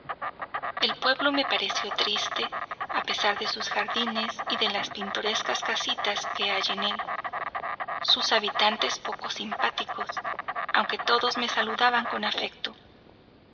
el pueblo me pareció triste a pesar de sus jardines y de las pintorescas casitas que hay en él sus habitantes poco simpáticos aunque todos me saludaban con afecto